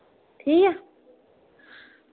ठीक ऐ